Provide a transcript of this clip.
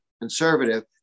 conservative